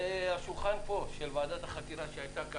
השולחן פה של ועדת החקירה שהייתה.